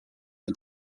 and